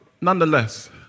nonetheless